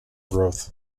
growth